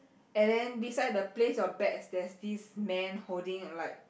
and then beside the place your bets there's this man holding like